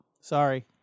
Sorry